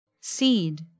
Seed